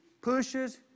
pushes